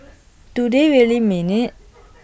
do they really mean IT